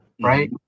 right